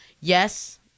Yes